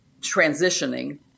transitioning